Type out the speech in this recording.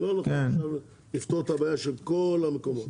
אני לא הולך עכשיו לפתור את הבעיה של כל המקומות.